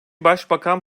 başbakan